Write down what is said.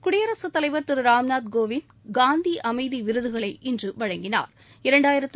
குடியரசுத் தலைவா் திரு ராம்நாத் கோவிந்த் காந்தி அமைதி விருதுகளை இன்று வழங்கினாா்